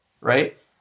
right